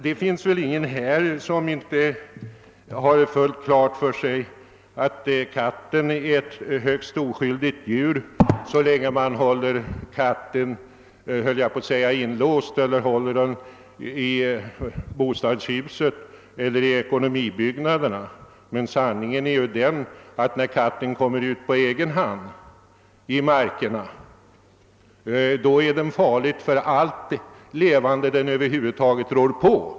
Det finns väl ingen här som inte har fullt klart för sig att katten är ett högst oskyldigt djur så länge man håller den inlåst i bostadshus och ekonomibygg nader. Men när katten kommer ut på egen hand i markerna är den farlig för allt levande den över huvud taget rår på.